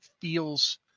feels